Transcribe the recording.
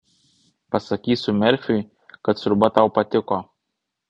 pasakysiu merfiui kad sriuba tau patiko